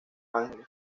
ángeles